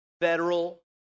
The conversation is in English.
federal